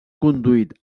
conduït